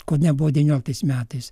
ko nebuvo devynioliktais metais